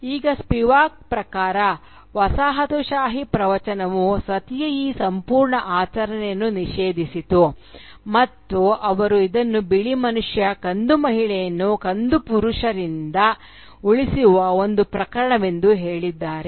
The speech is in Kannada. ಈಗ ಸ್ಪಿವಾಕ್ ಪ್ರಕಾರ ವಸಾಹತುಶಾಹಿ ಪ್ರವಚನವು ಸತಿಯ ಈ ಸಂಪೂರ್ಣ ಆಚರಣೆಯನ್ನು ನಿಷೇಧಿಸಿತು ಮತ್ತು ಅವರು ಇದನ್ನು ಬಿಳಿ ಮನುಷ್ಯ ಕಂದು ಮಹಿಳೆಯರನ್ನು ಕಂದು ಪುರುಷರಿಂದ ಉಳಿಸುವ ಒಂದು ಪ್ರಕರಣವೆಂದು" ಹೇಳಿದ್ದಾರೆ